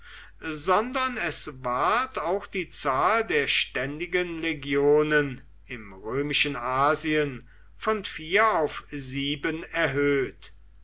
sondern es ward auch die zahl der ständigen legionen im römischen asien von vier auf sieben erhöht